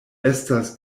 estas